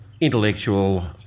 intellectual